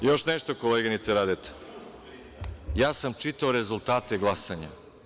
I još nešto, koleginice Radeta, ja sam čitao rezultate glasanja.